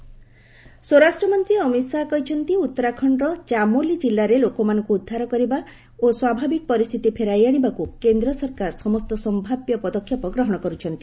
HM Uttarakhand ସ୍ୱରାଷ୍ଟ୍ର ମନ୍ତ୍ରୀ ଅମିତ ଶାହା କହିଛନ୍ତି ଉତ୍ତରାଖଣ୍ଡର ଚାମୋଲି ଜିଲ୍ଲାରେ ଲୋକମାନଙ୍କୁ ଉଦ୍ଧାର କରିବା ଓ ସ୍ପାଭାବିକ ପରିସ୍ଥିତି ଫେରାଇ ଆଣିବାକୁ କେନ୍ଦ୍ର ସରକାର ସମସ୍ତ ସମ୍ଭାବ୍ୟ ପଦକ୍ଷେପ ଗ୍ରହଣ କରୁଛନ୍ତି